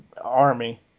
army